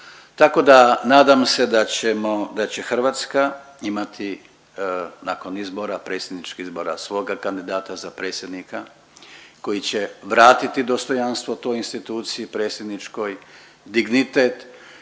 Tako da nadam se da ćemo da će Hrvatska imati nakon izbora, predsjedničkih izbora svoga kandidata za predsjednika koji će vratiti dostojanstvo toj instituciji predsjedničkoj, dignitet,